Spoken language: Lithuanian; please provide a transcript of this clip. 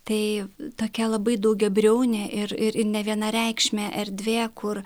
tai tokia labai daugiabriaunė ir ir nevienareikšmė erdvė kur